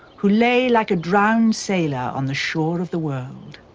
who lay like a drowned sailor on the shore of the world.